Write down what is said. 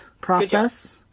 process